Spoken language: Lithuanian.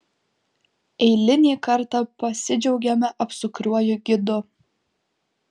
eilinį kartą pasidžiaugiame apsukriuoju gidu